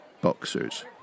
Boxers